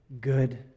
good